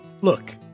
Look